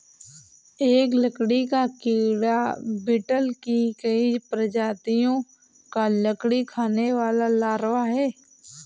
एक लकड़ी का कीड़ा बीटल की कई प्रजातियों का लकड़ी खाने वाला लार्वा है